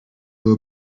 were